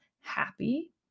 happy